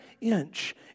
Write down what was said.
inch